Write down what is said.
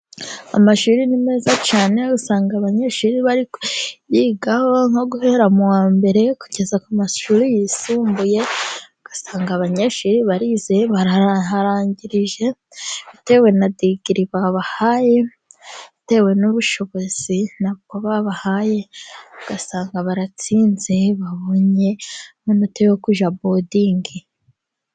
Amashuri ni meza cyane usanga abanyeshuri bari kuyigaho nko guhera mu wa mbere kugeza ku mashuri yisumbuye, ugasanga abanyeshuri barize baraharangirije, bitewe na digiri babahaye, bitewe n'ubushobozi nabwo babahaye, ugasanga baratsinze babonye amanota yo kujya bodingi.